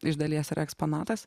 iš dalies yra eksponatas